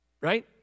right